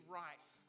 right